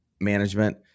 Management